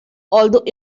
although